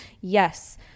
yes